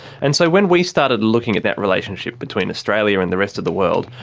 and so when we started looking at that relationship between australia and the rest of the world,